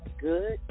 good